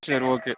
சரி ஓகே